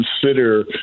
consider